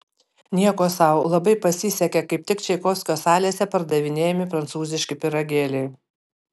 nieko sau labai pasisekė kaip tik čaikovskio salėse pardavinėjami prancūziški pyragėliai